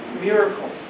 miracles